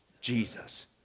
Jesus